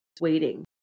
waiting